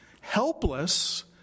helpless